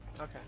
Okay